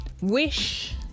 wish